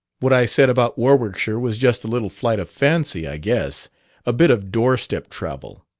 what i said about warwickshire was just a little flight of fancy, i guess a bit of doorstep travel.